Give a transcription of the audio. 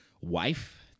WIFE